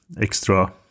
extra